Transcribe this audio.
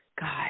God